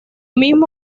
mismo